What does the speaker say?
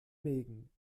mägen